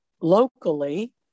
Locally